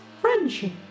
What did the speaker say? friendship